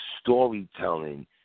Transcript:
storytelling